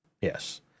Yes